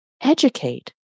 educate